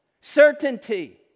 Certainty